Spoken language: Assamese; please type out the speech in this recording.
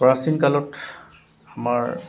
প্ৰাচীন কালত আমাৰ